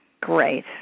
Great